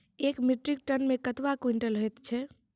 एक metric ton मे कतवा क्वींटल हैत छै?